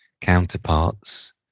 counterparts